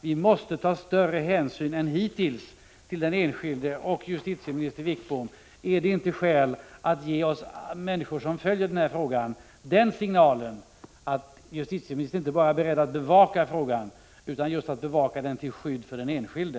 Vi måste alltså ta större hänsyn än vi hittills gjort till den enskilde. Finns det inte skäl, justitieminister Wickbom, att ge oss som följer den här frågan den signalen att justitieministern är beredd att inte bara bevaka frågan som sådan utan också att göra det till skydd för den enskilde?